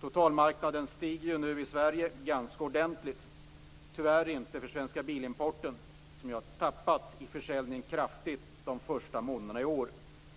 Totalmarknaden i Sverige stiger nu ganska ordentligt - tyvärr dock inte för Svenska Bilimporten, som har tappat kraftigt i försäljning de första månaderna i år.